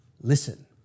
Listen